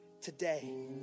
Today